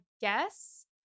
guess